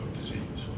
disease